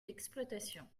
d’exploitation